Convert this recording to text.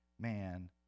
man